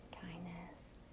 kindness